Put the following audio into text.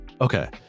Okay